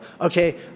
okay